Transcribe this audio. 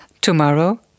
Tomorrow